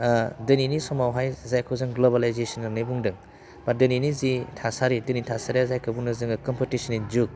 ओह दिनैनि समावहाय जायखौ जों ग्लबेलाइजेसन होन्नानै बुंदों बा दिनैनि जि थासारि दिनैनि थासारिया जायखौ जोङो होनो कमपिटिसननि जुग